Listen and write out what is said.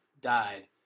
died